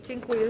Dziękuję.